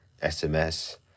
SMS